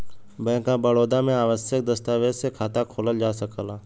bank of Baroda में आवश्यक दस्तावेज से खाता खोलल जा सकला